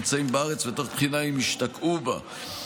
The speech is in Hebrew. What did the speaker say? נמצאים בארץ ותוך בחינה אם השתקעו בה.